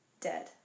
dead